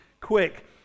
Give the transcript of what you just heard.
quick